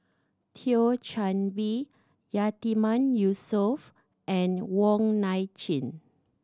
Thio Chan Bee Yatiman Yusof and Wong Nai Chin